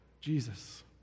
Jesus